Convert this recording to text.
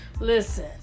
Listen